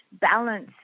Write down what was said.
balance